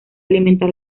alimentar